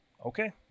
Okay